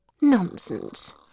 Nonsense